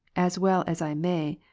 as well as i may,